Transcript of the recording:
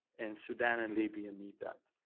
and sudan and libya needs that.